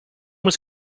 was